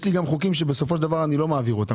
יש חוקים שבסופו של דבר אני לא מעביר אותה.